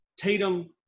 Tatum